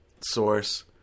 source